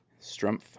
Strumpf